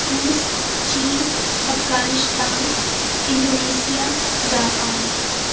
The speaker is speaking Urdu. روس چین افغانستان انڈونیسیا جاپان